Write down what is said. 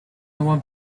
want